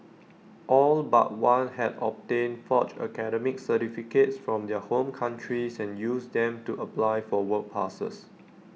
all but one had obtained forged academic certificates from their home countries and used them to apply for work passes